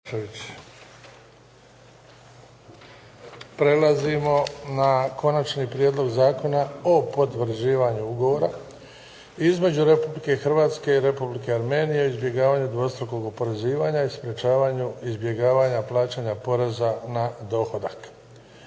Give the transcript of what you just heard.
Prelazimo na –- Prijedlog Zakona o potvrđivanju Ugovora između Republike Hrvatske i Republike Armenije o izbjegavanju dvostrukog oporezivanja i sprječavanju izbjegavanja plaćanja poreza na dohodak,